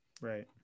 Right